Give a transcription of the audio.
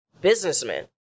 businessmen